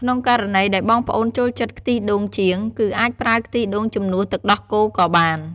ក្នុងករណីដែលបងប្អូនចូលចិត្តខ្ទិះដូងជាង គឺអាចប្រើខ្ទិះដូងជំនួសទឹកដោះគោក៏បាន។